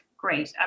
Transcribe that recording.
Great